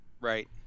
Right